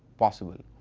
possible.